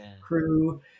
crew